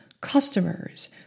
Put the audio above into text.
customers